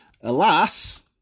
Alas